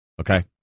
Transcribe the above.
Okay